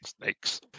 snakes